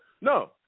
no